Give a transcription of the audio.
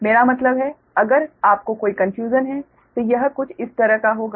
मेरा मतलब है अगर आपको कोई कन्फ़्युजन है तो यह कुछ इस तरह का होगा